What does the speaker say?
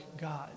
God